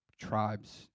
tribes